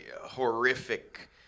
horrific